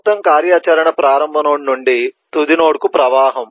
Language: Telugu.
మొత్తం కార్యాచరణ ప్రారంభ నోడ్ నుండి తుది నోడ్కు ప్రవాహం